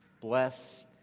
Bless